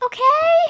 Okay